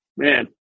Man